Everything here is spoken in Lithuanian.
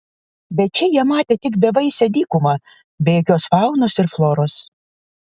bet čia jie matė tik bevaisę dykumą be jokios faunos ir floros